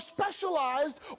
specialized